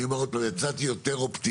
אני אומר עוד פעם, יצאתי הרבה יותר אופטימי.